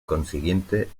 consiguiente